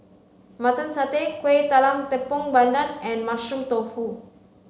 mutton satay kuih talam tepong pandan and mushroom tofu